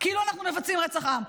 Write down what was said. כאילו אנחנו מבצעים רצח עם.